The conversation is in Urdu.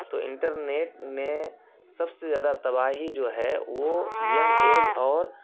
تو انٹرنیٹ نے سب سے زیادہ تباہی جو ہے وہ ینگ ایج اور